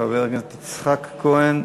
חבר הכנסת יצחק כהן,